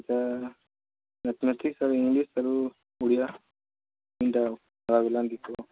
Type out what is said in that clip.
ଏଇଟା ମ୍ୟାଥମେଟିକ୍ସ ଆର୍ ଇଂଲିଶ୍ ଆରୁ ଓଡ଼ିଆ ତିନିଟା ଲାଇବ୍ରେରୀରୁ ଆଣି ଦେଇଥିବ